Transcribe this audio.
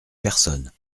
personne